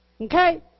okay